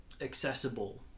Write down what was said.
accessible